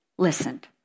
listened